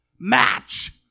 match